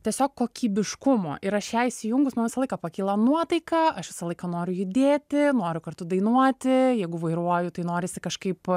tiesiog kokybiškumo ir aš ją įsijungus man visą laiką pakyla nuotaika aš visą laiką noriu judėti noriu kartu dainuoti jeigu vairuoju tai norisi kažkaip